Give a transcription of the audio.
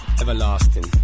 everlasting